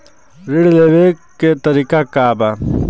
ऋण लेवे के तरीका का बा?